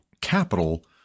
capital